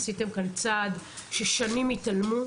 עשיתם כאן צעד ששנים התעלמו,